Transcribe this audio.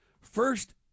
First